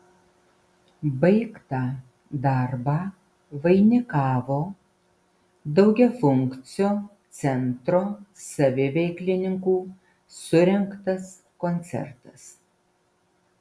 baigtą darbą vainikavo daugiafunkcio centro saviveiklininkų surengtas koncertas